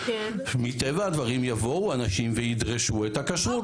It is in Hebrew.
מטבע הדברים יבואו אנשים וידרשו את הכשרות.